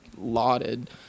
lauded